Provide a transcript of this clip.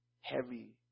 heavy